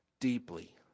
deeply